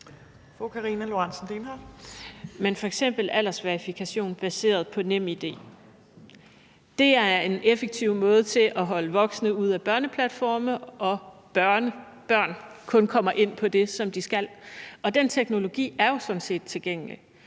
Men f.eks. aldersverificering baseret på NemID er en effektiv måde at holde voksne ude af børneplatforme på og at sikre, at børn kun kommer ind på det, som de skal. Den teknologi er jo sådan set tilgængelig,